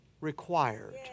required